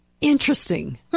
Interesting